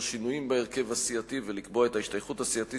שינויים בהרכב הסיעתי ולקבוע את ההשתייכות הסיעתית